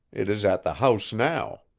it is at the house now.